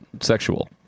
Sexual